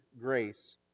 grace